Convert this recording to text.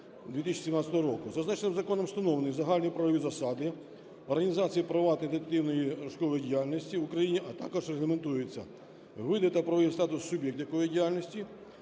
2017 року. Зазначеним законом встановлені загальні правові засади, організація і права детективної (розшукової) діяльності в Україні, а також регламентуються: види та правовий статус суб'єктів такої діяльності;